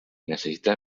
necessita